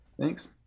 Thanks